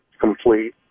complete